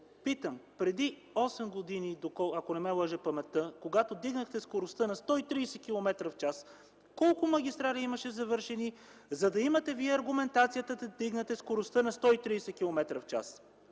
Питам: преди 8 години, ако не ме лъже паметта, когато вдигнахте скоростта на 130 км в час, колко завършени магистрали имаше, за да имате аргументацията да вдигнете скоростта на 130 км в час?